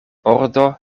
ordo